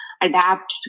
adapt